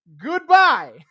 Goodbye